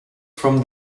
from